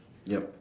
ya